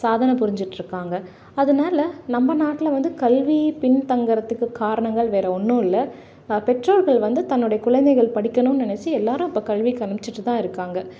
சாதனை புரிஞ்சிட்டு இருக்காங்க அதனால நம்ம நாட்டில் வந்து கல்வி பின்தங்கிறத்துக்கு காரணங்கள் வேற ஒன்றும் இல்லை பெற்றோர்கள் வந்து தன்னுடைய குழந்தைகள் படிக்கணும்னு நினச்சி எல்லோரும் அப்போ கல்விக்கு அனுப்பிச்சிட்டு தான் இருக்காங்க